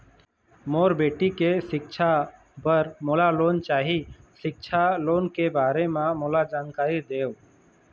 मोर बेटी के सिक्छा पर मोला लोन चाही सिक्छा लोन के बारे म मोला जानकारी देव?